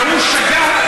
והוא שגה.